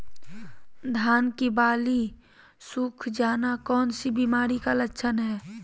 धान की बाली सुख जाना कौन सी बीमारी का लक्षण है?